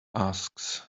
asks